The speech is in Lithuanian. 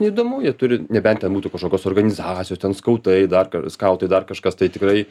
neįdomu jie turi nebent ten būtų kažkokios organizacijos ten skautai dar ka skautai dar kažkas tai tikrai